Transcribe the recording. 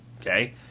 Okay